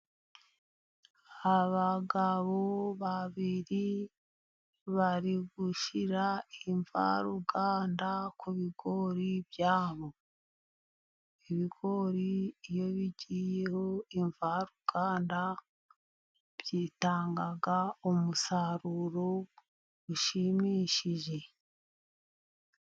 Abagabo babiri bari gushyira imvaruganda ku bigori byabo. Ibigori iyo bigiyeho imvaruganda bitanga umusaruro ushimishije.